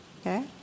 Okay